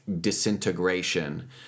disintegration